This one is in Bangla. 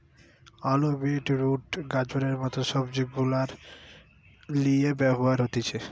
আলু, বিট রুট, গাজরের মত সবজি গুলার লিয়ে ব্যবহার হতিছে